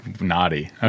Naughty